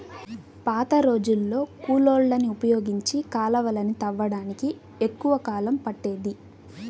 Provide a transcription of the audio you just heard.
పాతరోజుల్లో కూలోళ్ళని ఉపయోగించి కాలవలని తవ్వడానికి ఎక్కువ కాలం పట్టేది